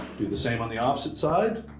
do the same on the opposite side